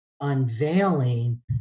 unveiling